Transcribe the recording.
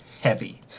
heavy